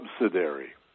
subsidiary